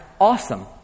awesome